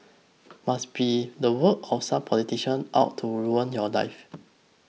must be the work of some politician out to ruin your life